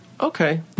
Okay